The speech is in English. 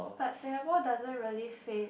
but Singapore doesn't really say